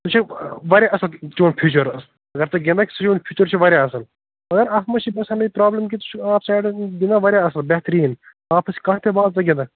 ژےٚ چھُے واریاہ اَصٕل چوٗن فیٚوچر اگر ژٕ گِنٛدَکھ چوٗن فیٚوچر چھُ واریاہ اَصٕل مگراَتھ منٛز چھِ گَژھان یہِ پرٛابلِم کہِ ژٕ چھُکھ آف سایڈس منٛز گِنٛدان واریاہ اَصٕل بہتریٖن آفَس یی کانٛہہ تہِ بال ژٕ گنٛدکھ